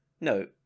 No